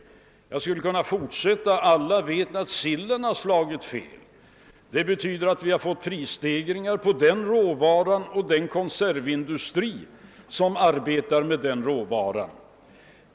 Jag skulle kunna fortsätta. Alla vet att sillen har slagit fel. Det betyder att vi har fått prisstegringar på sillen och för den konservindustri som arbetar med den råvaran.